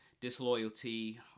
disloyalty